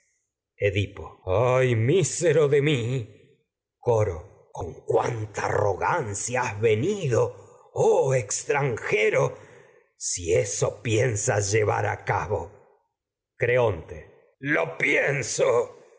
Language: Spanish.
edipo ay mísero de mi con cuánta arrogancia eso coro has venido oh ex tranjero si creonte piensas llevar a cabo pienso